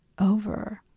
over